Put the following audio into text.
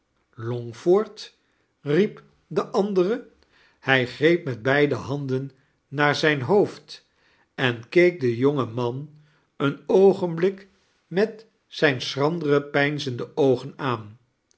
riep de andere hij greep met beide handen naar zijn hoofd en keek den jongen man een oogenblik met zijne schrandere peinzende oogen aan